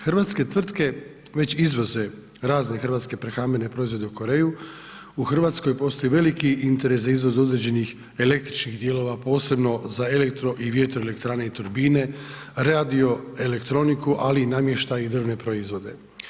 Hrvatske tvrtke već izvoze razne hrvatske prehrambene proizvode u Koreju, u Hrvatskoj postoji veliki interes za izvoz određenih električnih dijelova posebno za elektro i vjetroelektrane i turbine, radio elektroniku ali i namještaj i drvne proizvode.